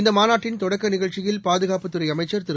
இந்த மாநாட்டின் தொடக்க நிகழ்ச்சியில் பாதுகாப்புத் துறை அமைச்சர் திரு